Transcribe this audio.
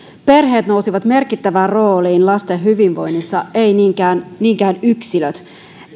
perheet nousivat merkittävään rooliin lasten hyvinvoinnissa eivät niinkään niinkään yksilöt